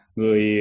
người